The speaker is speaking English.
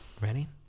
Ready